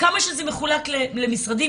כמה שזה מחולק למשרדים,